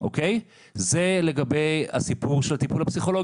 זה לגבי הסיפור של הטיפול הפסיכולוגי.